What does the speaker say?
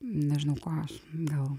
nežinau ko a gal